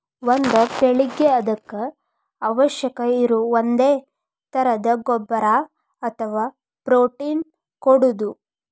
ಒಂದ ಬೆಳಿಗೆ ಅದಕ್ಕ ಅವಶ್ಯಕ ಇರು ಒಂದೇ ತರದ ಗೊಬ್ಬರಾ ಅಥವಾ ಪ್ರೋಟೇನ್ ಕೊಡುದು